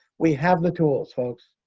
we have the tools, folks.